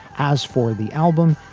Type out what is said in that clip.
as for the album,